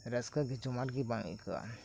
ᱨᱟᱹᱥᱠᱟᱹᱜᱮ ᱡᱚᱢᱟᱴ ᱜᱮ ᱵᱟᱝ ᱟᱹᱭᱠᱟᱹᱜᱼᱟ